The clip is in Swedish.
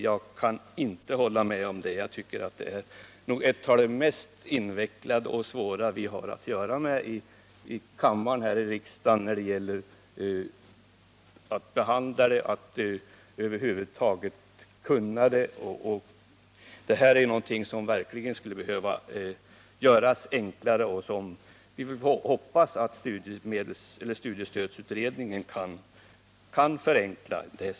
Jag kan inte hålla med om det; att behandla och att över huvud taget kunna dessa system är något av det mest invecklade och svåra vi har att göra med här i riksdagen. Detta är något som verkligen skulle behöva göras lättare, och vi får hoppas att studiestödsutredningen kan förenkla det.